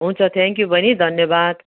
हुन्छ थ्याङ्कयू बहिनी धन्यवाद